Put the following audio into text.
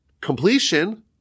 completion